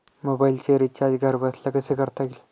मोबाइलचे रिचार्ज घरबसल्या कसे करता येईल?